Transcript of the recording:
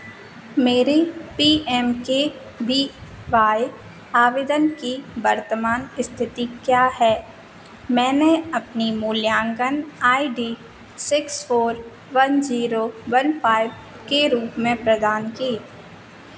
मेरे P M K V Y आवेदन की वर्तमान स्थिति क्या है मैंने अपनी मूल्यांकन I D six four one zero one five के रूप में प्रदान की